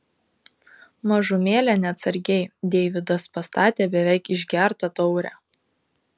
mažumėlę neatsargiai deividas pastatė beveik išgertą taurę